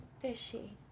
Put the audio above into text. fishy